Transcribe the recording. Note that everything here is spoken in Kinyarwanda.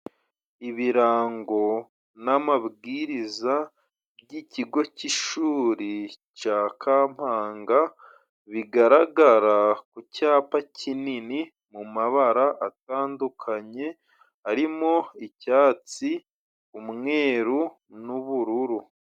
Ibirango n'amabwiriza by'ikigo cy'ishuri ca kampanga bigaragara ku cyapa kinini mu mabara atandukanye harimo icyatsi, umweru n'ubururu.